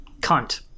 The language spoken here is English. Cunt